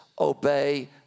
obey